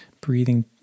breathing